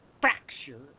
fracture